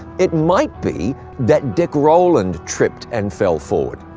it might be that dick rowland tripped and fell forward.